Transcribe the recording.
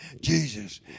Jesus